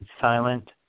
silent